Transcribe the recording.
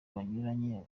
banyuranye